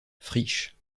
friches